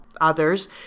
others